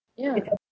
yeah